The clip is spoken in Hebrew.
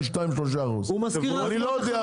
שניים לשלושה אחוזים --- הוא מזכיר --- אני לא יודע,